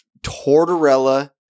Tortorella